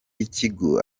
y’ikigo